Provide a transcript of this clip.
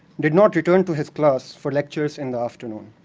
did not return to his class for lectures in the afternoon.